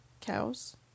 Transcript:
cows